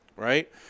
right